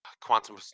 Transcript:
quantum